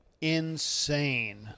insane